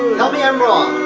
tell me i'm wrong.